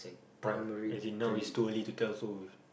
ya as in now is too early to tell so